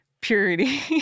purity